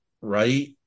right